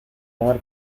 comer